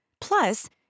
Plus